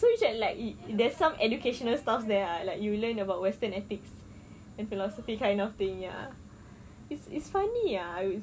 so it's like it there's some educational stuff there ah like you learn about western ethics and philosophy kind of thing ya it's it's funny ah I would